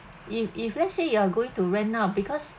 if if let's say you are going to rent out because